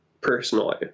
personally